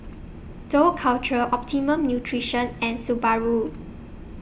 Dough Culture Optimum Nutrition and Subaru